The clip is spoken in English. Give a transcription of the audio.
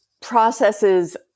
processes